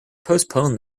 postpone